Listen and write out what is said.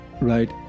right